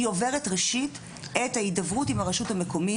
היא עוברת ראשית את ההידברות עם הרשות המקומית.